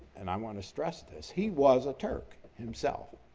and i want to stress this, he was a turk himself.